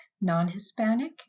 non-Hispanic